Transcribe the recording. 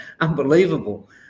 Unbelievable